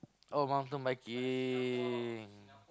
oh mountain biking